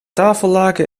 tafellaken